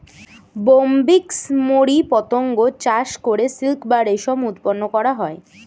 Bombyx mori পতঙ্গ চাষ করে সিল্ক বা রেশম উৎপন্ন করা হয়